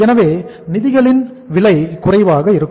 எனவே நிதிகளின் விலை குறைவாக இருக்கும்